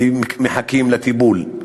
ומחכים לטיפול.